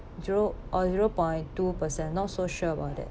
zero or zero point two percent not so sure about it